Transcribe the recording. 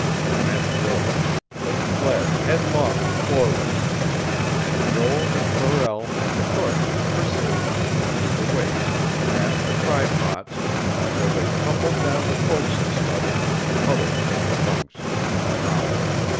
the men broke they fled headlong, forward and joel and morrell and the cook pursued them, through the waist, past the trypots, till they tumbled down the fo'c's'le scuttle and huddled in their bunks and howled.